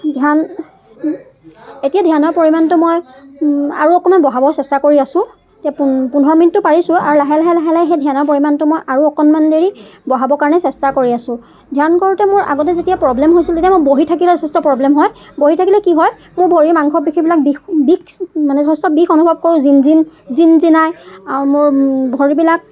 ধ্যান এতিয়া ধ্যানৰ পৰিমাণটো মই আৰু অকণমান বঢ়াব চেষ্টা কৰি আছোঁ এতিয়া পো পোন্ধৰ মিনিটটো পাৰিছোঁ আৰু লাহে লাহে লাহে লাহ সেই ধ্যানৰ পৰিমাণটো মই আৰু অকণমান দেৰি বঢ়াবৰ কাৰণে চেষ্টা কৰি আছোঁ ধ্যান কৰোঁতে মোৰ আগতে যেতিয়া প্ৰব্লেম হৈছিল তেতিয়া মই বহি থাকিলে যথেষ্ট প্ৰব্লেম হয় বহি থাকিলে কি হয় মোৰ ভৰিৰ মাংসপেশীবিলাক বিষ বিষ মানে যথেষ্ট বিষ অনুভৱ কৰোঁ জিন জিন জিন জিনাই আৰু মোৰ ভৰিবিলাক